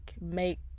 make